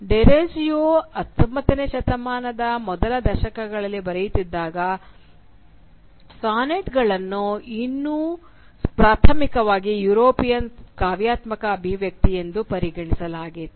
ಡೆರೋಜಿಯೊ 19 ನೇ ಶತಮಾನದ ಮೊದಲ ದಶಕಗಳಲ್ಲಿ ಬರೆಯುತ್ತಿದ್ದಾಗ ಸಾನೆಟ್ಗಳನ್ನು ಇನ್ನೂ ಪ್ರಾಥಮಿಕವಾಗಿ ಯುರೋಪಿಯನ್ ಕಾವ್ಯಾತ್ಮಕ ಅಭಿವ್ಯಕ್ತಿ ಎಂದು ಪರಿಗಣಿಸಲಾಗುತ್ತಿತ್ತು